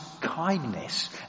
kindness